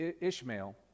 Ishmael